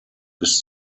bis